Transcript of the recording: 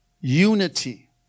unity